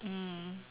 mm